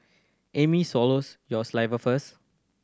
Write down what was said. Amy swallows your saliva first